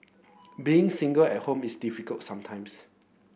being single at home is difficult sometimes